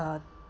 uh